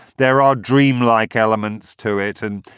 there are dreamlike elements to it. and,